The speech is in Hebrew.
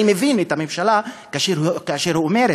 אני מבין את הממשלה כאשר היא אומרת: